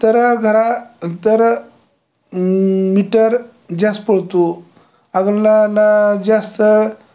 तर घरा तर मीटर जास्त पळतो आग लाना जास्त